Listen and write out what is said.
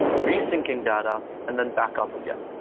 re-syncing data, and then back up again.